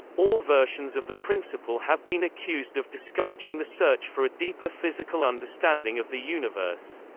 all versions of the principle have been accused of discouraging the search for a deeper physical understanding of the universe.